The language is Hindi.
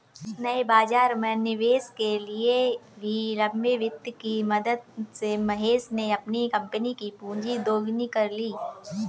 नए बाज़ार में निवेश के लिए भी लंबे वित्त की मदद से महेश ने अपनी कम्पनी कि पूँजी दोगुनी कर ली